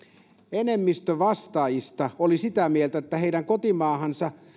enemmistö vastaajista oli sitä mieltä että heidän kotimaansa